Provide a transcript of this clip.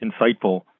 insightful